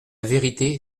vérité